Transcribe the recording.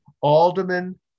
alderman